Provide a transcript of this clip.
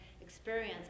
experience